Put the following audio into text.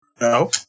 No